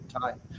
time